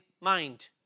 mind